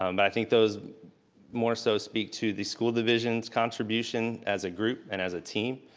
um but i think those more so speak to the school divisions contribution as a group and as a team.